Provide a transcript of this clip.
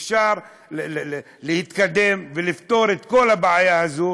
אפשר להתקדם ולפתור את כל הבעיה הזאת,